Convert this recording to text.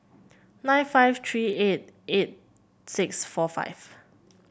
nine five three eight eight six four five